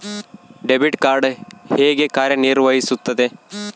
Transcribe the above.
Debit card ಹೇಗೆ ಕಾರ್ಯನಿರ್ವಹಿಸುತ್ತದೆ?